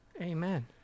Amen